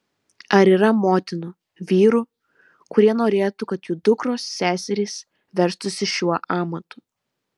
ar yra motinų vyrų kurie norėtų kad jų dukros seserys verstųsi šiuo amatu